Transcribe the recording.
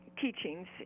teachings